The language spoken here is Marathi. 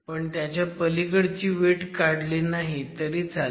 पण त्याच्या पलीकडची वीट काढली नाही तरी चालते